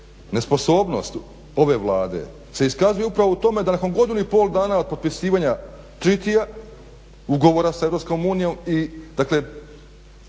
nesposobnost ove Vlade se iskazuje upravo u tome da nakon godinu i pol dana od potpisivanja … /Govornik se ne